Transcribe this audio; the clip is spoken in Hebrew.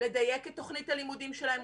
לדייק את התוכנית הלימודים שלהם.